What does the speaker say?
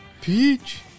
peach